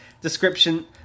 Description